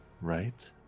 right